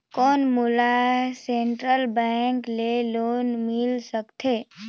कौन मोला Central Bank ले लोन मिल सकथे?